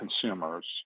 consumers